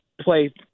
play